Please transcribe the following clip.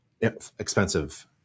expensive